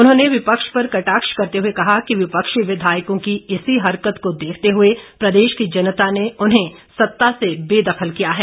उन्होंने विपक्ष पर कटाक्ष करते हुए कहा कि विपक्षी विधायकों की इसी हरकत को देखते हुए प्रदेश की जनता ने उन्हें सत्ता से बेदखल किया है